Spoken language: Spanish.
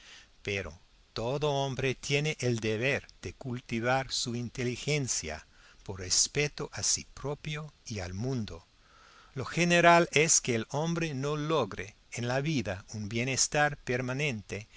pero todo hombre tiene el deber de cultivar su inteligencia por respeto a sí propio y al mundo lo general es que el hombre no logre en la vida un bienestar permanente